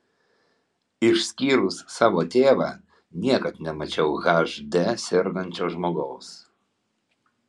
išskyrus savo tėvą niekad nemačiau hd sergančio žmogaus